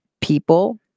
People